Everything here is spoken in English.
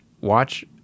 watch